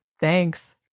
Thanks